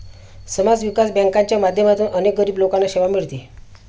समाज विकास बँकांच्या माध्यमातून अनेक गरीब लोकांना सेवा मिळते